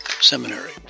Seminary